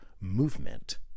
movement